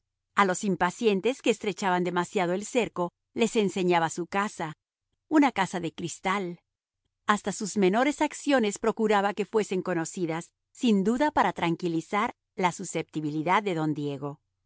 a los impacientes que estrechaban demasiado el cerco les enseñaba su casa una casa de cristal hasta sus menores acciones procuraba que fuesen conocidas sin duda para tranquilizar la susceptibilidad de don diego